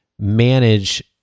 manage